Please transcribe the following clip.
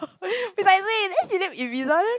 she's like wait eh then she look if it doesn't